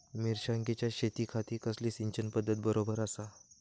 मिर्षागेंच्या शेतीखाती कसली सिंचन पध्दत बरोबर आसा?